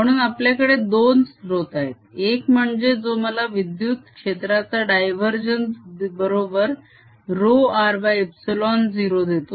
म्हणून आपल्याकडे दोन स्त्रोत आहेत एक म्हणजे जो मला या विद्युत क्षेत्राचा डायवरजेन्स बरोबर ρrε0 देतो